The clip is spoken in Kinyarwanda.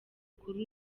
kuri